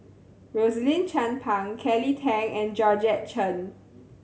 Rosaline Chan Pang Kelly Tang and Georgette Chen